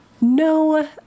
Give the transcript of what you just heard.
No